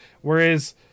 Whereas